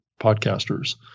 podcasters